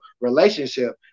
relationship